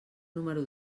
número